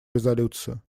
резолюцию